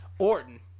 Orton